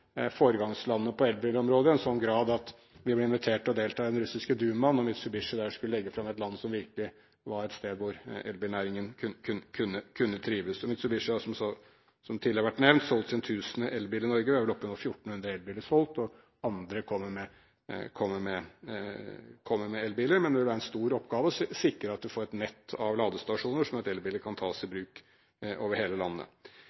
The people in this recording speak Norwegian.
foregangslandet på elbilområdet i en sånn grad at vi ble invitert til å delta i den russiske Duma da Mitsubishi der skulle legge fram et land som virkelig var et sted hvor elbilnæringen kunne trives. Mitsubishi har, som også tidligere har vært nevnt, solgt sin tusende elbil i Norge og er vel nå oppe i 1 400 solgte elbiler – og andre kommer med elbiler. Det vil være en stor oppgave å sikre at man får et nett av ladestasjoner, slik at elbiler kan tas i bruk over hele landet.